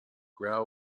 grau